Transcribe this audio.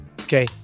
Okay